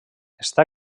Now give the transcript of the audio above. està